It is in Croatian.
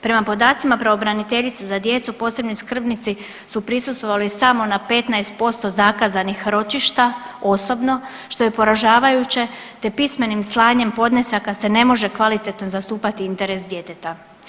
Prema podacima pravobraniteljice za djecu posebni skrbnici su prisustvovali samo na 15% zakazanih ročišta osobno što je poražavajuće, te pismenim slanjem podnesaka se ne može kvalitetno zastupati interes djeteta.